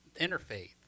interfaith